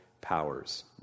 powers